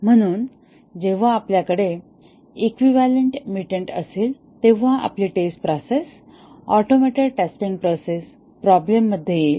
म्हणून जेव्हा आपल्याकडे इक्विवैलन्ट म्युटंट असेल तेव्हा आपली test process automated testing process problem मध्ये येईल